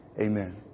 Amen